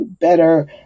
better